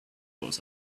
always